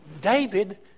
David